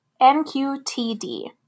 NQTD